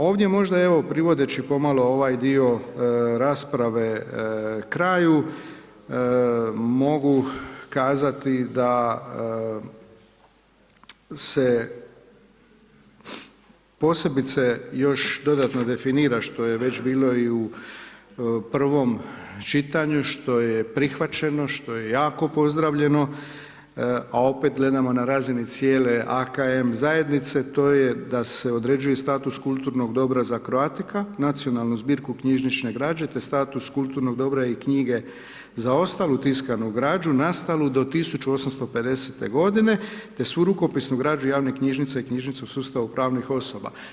Ovdje možda evo privodeći pomalo ovaj dio rasprave kraju mogu kazati da se posebice još dodatno definira što je već bilo i u prvom čitanju, što je prihvaćeno, što je jako pozdravljeno a opet gledamo na razini cijele AKM zajednice, to je da se određuje status kulturnog dobra za Croatica, nacionalnu zbirku knjižnične građe te status kulturnog dobra i knjige za ostalu tiskanu građu nastalu do 1850. godine te svu rukopisnu građu javne knjižnice i knjižnice u sustavu pravnih osoba.